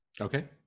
Okay